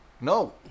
No